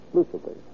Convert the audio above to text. exclusively